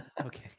Okay